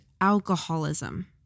alcoholism